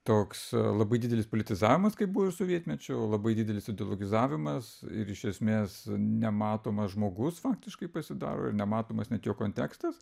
toks labai didelis politizavimas kaip buvo ir sovietmečiu labai didelis ideologizavimas ir iš esmės nematomas žmogus faktiškai pasidaro nematomas net jo kontekstas